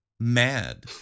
mad